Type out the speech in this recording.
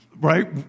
Right